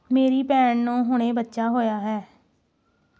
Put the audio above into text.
ਮੇਰੀ ਭੈਣ ਨੂੰ ਹੁਣੇ ਬੱਚਾ ਹੋਇਆ ਹੈ